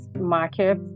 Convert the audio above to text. market